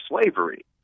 slavery